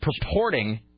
purporting